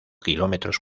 kilómetros